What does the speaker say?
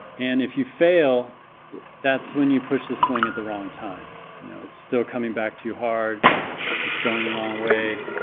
and if you fail that's when you push the swing at the wrong time you know it's still coming back too hard it's going the wrong way